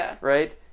right